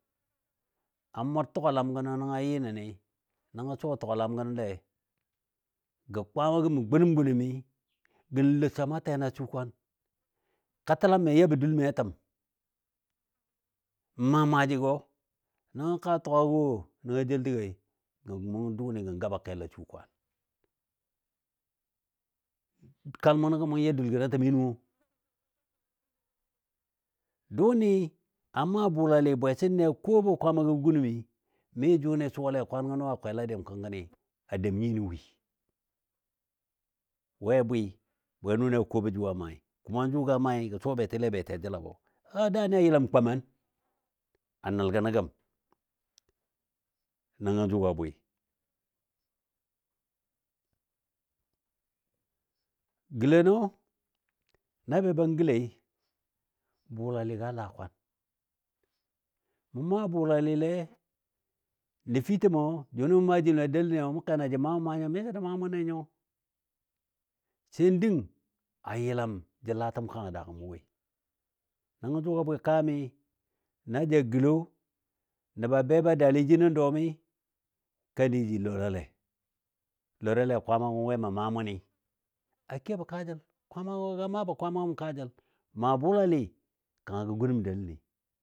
a mʊr tukalam gənɔ nənga yɨ nənɨ nəngɔ a suwa tukalam gənɔle gɔ kwama mən gunəm gunəmɨ lo samɔ tena su kwan, katəlamɨ a yabɔ dul mɨ a təm, m maa maajigɔ nəngɔ ka tuga wo nənga jel təgoi gɔ mʊn dʊni gən gabakɛl a shu kwan, kal mʊnɔ gə mʊ ya dul gəno təmi nən nuwo? Dʊʊnɨ a maa bʊlalɨ bwɛsən nɨ a ko bɔ kwaamagɔ a gunəmi, mi jʊ ni suwalei kwan gəno wo a kwela dɨm kənkəni, a dəm nyiyo nən wi. We a bwɨ bwe nʊni ko bɔ jʊ maai kuma jʊ ga maai gə suwa betile beti jəlabɔ har daani a yəlam koman nəl gənɔ gəm nəngo jʊga bwɨ. Gəlenɔ, na be ban gəlei bʊlalɨgɔ a laakwaan, mʊ maa bʊlalɨle nəfitəmɔ junɨ mʊ maa jim delənɨ mʊkɛ na jə maa mʊn maa nyɔ misɔ jə maa mʊnne nyɔ. Sai n dəng a ƴəlam jə latəm kanga a daa mʊ woi. Nəngo jʊ a bwɨ kaamɨ na ja gəlo nəba be ba daalɨ jin nən dɔmi kandi ja lora larale, lorale Kwaamagɔ we mən maa mʊni. A kebɔ kaajəl Kwaamagɔ g maabɔ Kwaamagɔ gəm kaa jəl. Maa bʊlale kanga ga gunən deləni.